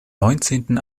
neunzehnten